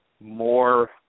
more